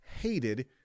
hated